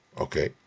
Okay